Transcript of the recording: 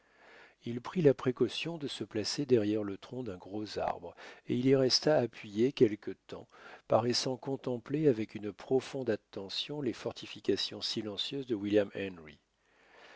il prit la précaution de se placer derrière le tronc d'un gros arbre et il y resta appuyé quelque temps paraissant contempler avec une profonde attention les fortifications silencieuses de william henry